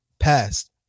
Passed